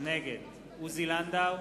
נגד עוזי לנדאו,